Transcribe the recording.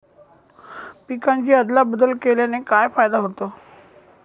पिकांची अदला बदल केल्याने काय फायदा होतो?